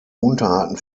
unterarten